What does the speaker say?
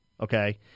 Okay